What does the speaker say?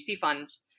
funds